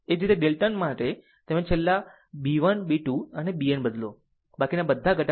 તે જ રીતે ડેલ્ટન માટે તમે છેલ્લા b 1 b 2 and bn બદલો બાકીના બધા ઘટક સમાન રહેશે